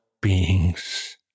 beings